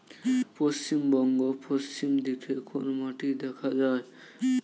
পশ্চিমবঙ্গ পশ্চিম দিকে কোন মাটি দেখা যায়?